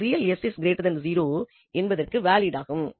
அது real s0 என்பதற்கு வேலிடாகும்